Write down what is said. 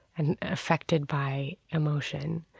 and affected by emotion,